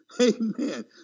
amen